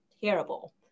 terrible